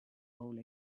hole